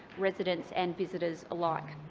residents and visitors alike.